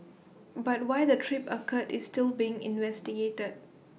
but why the trip occurred is still being investigated